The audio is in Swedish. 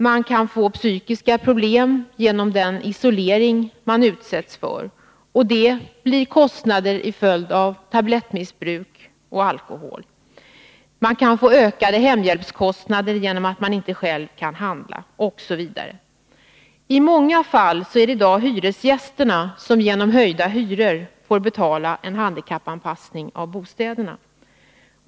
Man kan få psykiska problem genom den isolering man utsätts för. Det leder till kostnader på grund av tablettoch alkoholmissbruk. Man kan få ökade hemhjälpskostnader genom att man inte själv kan handla, osv. I många fall är det i dag hyresgästerna som genom höjda hyror får betala en handikappanpassning av bostäderna.